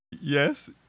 yes